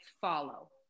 follow